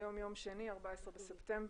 היום יום שני, ה-14 לספטמבר,